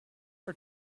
for